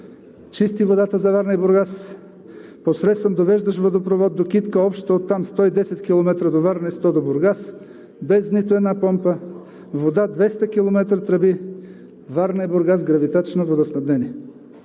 чисти водата за Варна и Бургас посредством довеждащ водопровод до "Китка", общо оттам 110 км до Варна и 100 км до Бургас, без нито една помпа, вода – 200 км тръби – Варна и Бургас гравитачно водоснабдени.